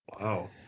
Wow